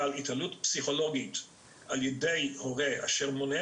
אבל התעללות פסיכולוגית על ידי הורה אשר מונע